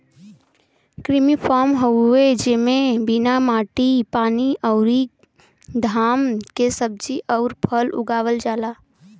कृत्रिम फॉर्म हवे जेमे बिना माटी पानी अउरी घाम के सब्जी अउर फल उगावल जाला